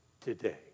today